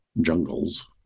jungles